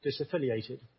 disaffiliated